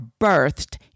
birthed